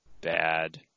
bad